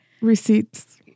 Receipts